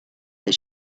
that